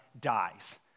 dies